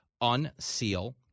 unseal